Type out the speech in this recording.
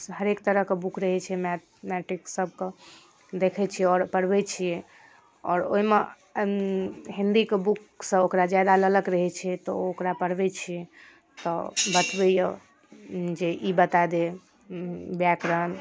हरेक तरहके बुक रहे छै मैथेमैटिक्ससबके देखै छिए आओर पढ़बै छिए आओर ओहिमे हिन्दीके बुकसँ ओकरा ज्यादा ललक रहै छै तऽ ओकरा पढ़बै छिए तऽ बतबैए जे ई बता दे व्याकरण